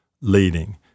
leading